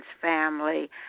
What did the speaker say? family